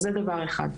זה דבר אחד.